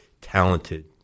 talented